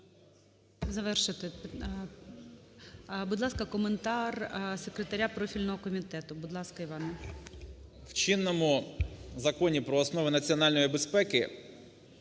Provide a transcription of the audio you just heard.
Завершити… Будь ласка, коментар секретаря профільного комітету. Будь ласка, Іване. 13:35:28 ВІННИК І.Ю. В чинному Законі про основи національної безпеки